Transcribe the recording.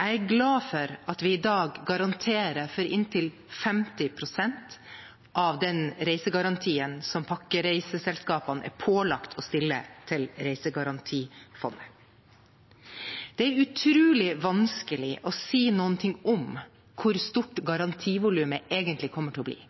Jeg er glad for at vi i dag garanterer for inntil 50 pst. av den reisegarantien som pakkereiseselskapene er pålagt å stille til Reisegarantifondet. Det er utrolig vanskelig å si noe om hvor stort garantivolumet egentlig kommer til å bli,